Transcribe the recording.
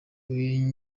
uyu